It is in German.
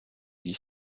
wie